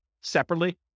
separately